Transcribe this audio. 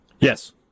Yes